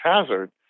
hazard